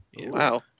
Wow